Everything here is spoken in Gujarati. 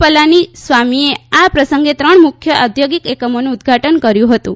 પલાની સ્વામીએ આ પ્રસંગે ત્રણ મુખ્ય ઔદ્યોગિક એકમોનું ઉદ્વધાટન કર્યું હતું